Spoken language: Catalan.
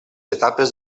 etapes